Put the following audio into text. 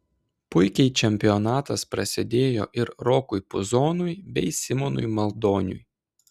puikiai čempionatas prasidėjo ir rokui puzonui bei simonui maldoniui